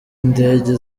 indege